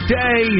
day